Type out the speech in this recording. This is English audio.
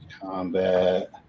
combat